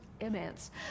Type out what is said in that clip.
immense